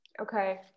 Okay